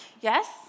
Yes